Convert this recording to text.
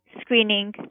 screening